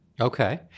Okay